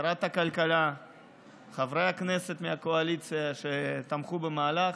שרת הכלכלה וחברי הכנסת מהקואליציה, שתמכו במהלך,